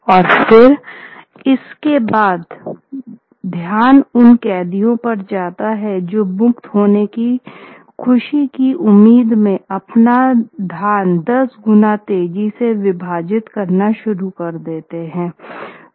और और फिर इसके बाद ध्यान उन कैदियों पर जाता है जो मुक्त होने की खुशी की उम्मीद में अपना धान 10 गुना तेजी से विभाजित करना शुरू कर देते हैं